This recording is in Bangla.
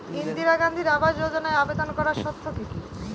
ইন্দিরা গান্ধী আবাস যোজনায় আবেদন করার শর্ত কি কি?